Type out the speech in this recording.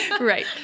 Right